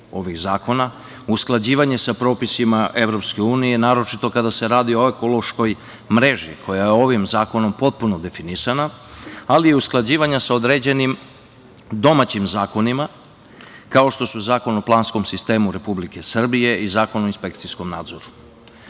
ovih zakona, usklađivanje sa propisima EU, naročito kada se radi o ekološkoj mreži koja je ovim zakonom potpuno definisana, ali i usklađivanja sa određenim domaćim zakonima, kao što su Zakon o planskom sistemu Republike Srbije i Zakon o inspekcijskom nadzoru. Kada